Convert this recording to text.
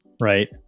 right